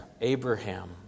Abraham